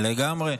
לגמרי.